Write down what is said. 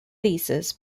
thesis